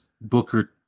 Booker